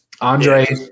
Andre